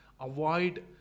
avoid